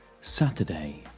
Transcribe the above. Saturday